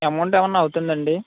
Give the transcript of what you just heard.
amount ఏమైనా అవుతుందా అండి